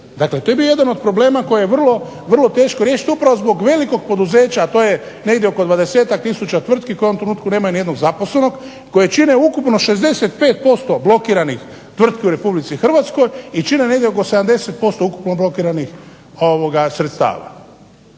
Dakle, to je bio jedan od problema koji je vrlo teško riješiti upravo zbog velikog poduzeća, a to je negdje oko 20-tak tisuća tvrtki koje u ovom trenutku nemaju ni jednog zaposlenog i koje čine ukupno 65% blokiranih tvrtki u Republici Hrvatskoj i čine negdje oko 70% ukupno blokiranih sredstava.